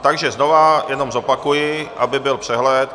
Takže znovu jenom zopakuji, aby byl přehled.